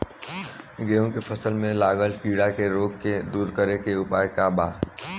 गेहूँ के फसल में लागल कीड़ा के रोग के दूर करे के उपाय का बा?